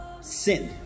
sin